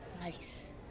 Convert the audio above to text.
Nice